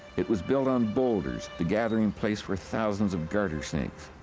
it was built on boulders the gathering place for thousands of garter snakes.